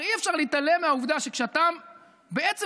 הרי אי-אפשר להתעלם מהעובדה שכשאתה בעצם